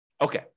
Okay